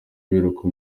biruka